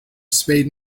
spade